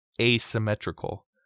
asymmetrical